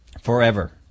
Forever